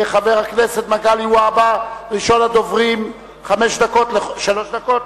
חבר הכנסת מגלי והבה, ראשון הדוברים, שלוש דקות